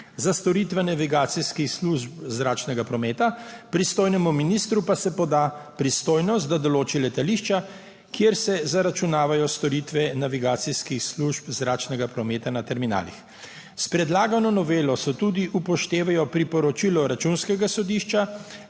za storitve navigacijskih služb zračnega prometa, pristojnemu ministru pa se poda pristojnost, da določi letališča, kjer se zaračunavajo storitve navigacijskih služb zračnega prometa na terminalih. S predlagano novelo se upoštevajo tudi priporočila Računskega sodišča,